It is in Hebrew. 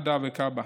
מד"א וכב"ה.